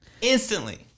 instantly